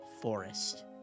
forest